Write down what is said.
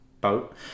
boat